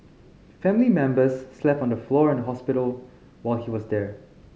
family members slept on the floor in the hospital while he was there